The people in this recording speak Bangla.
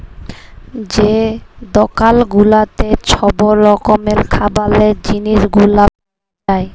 যে দকাল গুলাতে ছব রকমের খাবারের জিলিস গুলা পাউয়া যায়